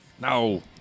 no